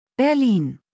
Berlin